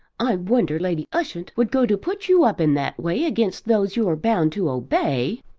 i wonder lady ushant would go to put you up in that way against those you're bound to obey.